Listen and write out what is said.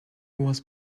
was